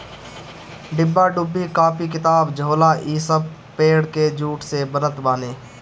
डिब्बा डुब्बी, कापी किताब, झोला इ सब पेड़ के जूट से बनत बाने